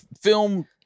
film